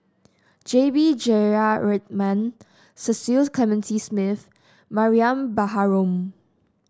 J B Jeyaretnam Cecil Clementi Smith Mariam Baharom